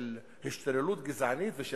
של השתוללות גזענית ושל